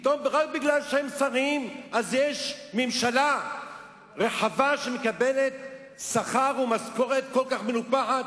פתאום רק כי הם שרים אז יש ממשלה רחבה שמקבלת שכר ומשכורת כל כך מנופחת?